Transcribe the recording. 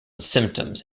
symptoms